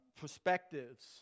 perspectives